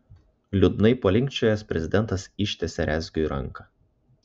liūdnai palinkčiojęs prezidentas ištiesė rezgiui ranką